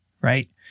right